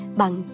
bằng